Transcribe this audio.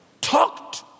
talked